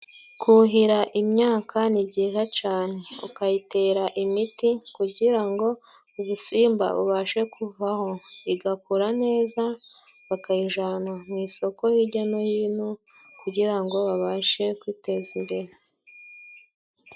Kuhira imyaka ni byiza cane ukayitera imiti kugira ngo ubusimba bubashe kuvaho, igakura neza bakayijana mu isoko hirya no hino kugira ngo babashe kwiteza imbere.